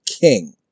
King